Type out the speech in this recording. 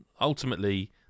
ultimately